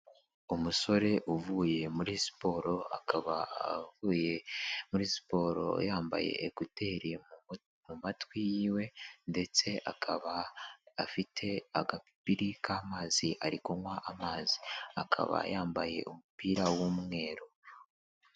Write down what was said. Umusore uvuye muri siporo, akaba avuye muri siporo yambaye ekuteri mu matwi yiwe ndetse akaba afite agapipiri k'amazi, ari kunywa amazi, akaba yambaye umupira w'umweru.